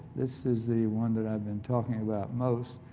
this is the one that i've been talking about most